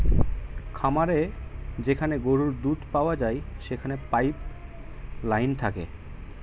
খামারে যেখানে গরুর দুধ পাওয়া যায় সেখানে পাইপ লাইন থাকে